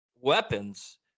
weapons